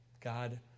God